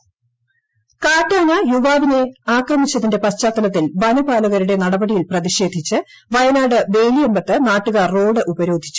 കാട്ടാന ആക്രമണം കാട്ടാന യുവാവിനെ ആക്രമിച്ചതിന്റെ പശ്ചാത്തലത്തിൽ വനപാലകരുടെ നടപടിയിൽ പ്രതിഷേധിച്ച് വയനാട് വേലിയമ്പത്ത് നാട്ടുകാർ റോഡ് ഉപരോധിച്ചു